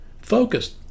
focused